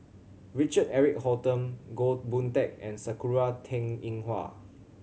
Richard Eric Holttum Goh Boon Teck and Sakura Teng Ying Hua